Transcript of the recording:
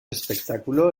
espectáculo